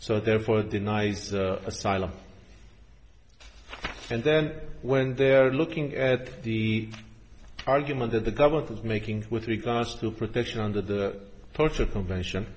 so therefore denies asylum and then when they're looking at the argument that the government making with regards to protection under the torture convention